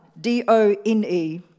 D-O-N-E